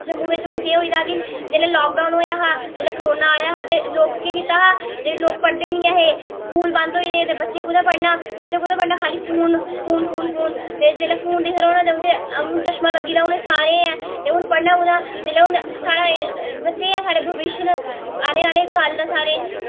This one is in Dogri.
जंम्मू बिच हून केह् होई गेदा की जेल्लै लॉकडाऊन होया हा जेल्लै कोरोना आया हा ते लोग केह् कीता हा जेह्के लोग पढ़दे निं हे स्कूल बंद होई गेदे हे बच्चें कुत्थें पढ़ना हा बच्चें कुत्थें पढ़ना खाल्ली फोन फोन फोन ते जेल्लै फोन दिक्खदे रौह्ना ते उनेंगी चश्मा लग्गी गेदा सारें गी गै ते हून पढ़ना कुत्थां ते जेल्लै हून बच्चे गै साढ़े भविष्य न आने आह्ले कल्ल साढ़े